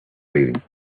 reading